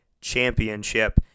championship